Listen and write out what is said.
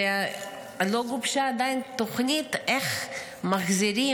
ולא גובשה עדיין תוכנית איך מחזירים